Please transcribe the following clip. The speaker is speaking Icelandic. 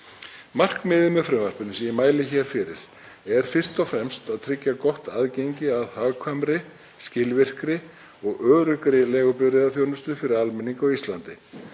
Markmiðið með frumvarpinu, sem ég mæli hér fyrir, er fyrst og fremst að tryggja gott aðgengi að hagkvæmri, skilvirkri og öruggri leigubifreiðaþjónustu fyrir almenning á Íslandi.